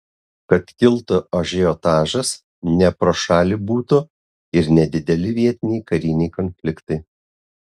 kad kiltų ažiotažas ne pro šalį būtų ir nedideli vietiniai kariniai konfliktai